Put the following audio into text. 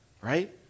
right